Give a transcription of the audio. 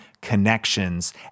connections